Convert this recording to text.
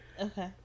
Okay